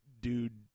dude